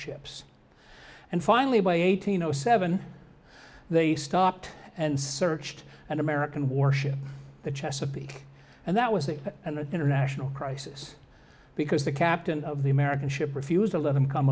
ships and finally by eighteen zero seven they stopped and searched an american warship the chesapeake and that was it and an international crisis because the captain of the american ship refused to let him come